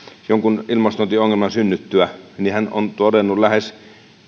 jonkun ilmastointiongelman synnyttyä niin hän on todennut lähes